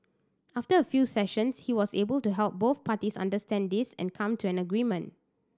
after a few sessions he was able to help both parties understand this and come to an agreement